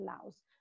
allows